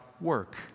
work